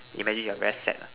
imagine you're very sad ah